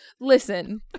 Listen